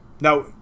Now